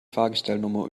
fahrgestellnummer